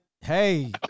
hey